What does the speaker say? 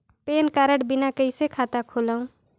Pan card बिना कइसे खाता खोलव?